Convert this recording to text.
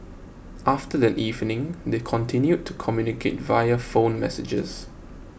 after that evening they continued to communicate via phone messages